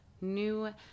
new